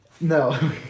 No